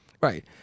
Right